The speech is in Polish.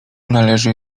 należy